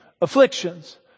afflictions